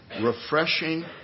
refreshing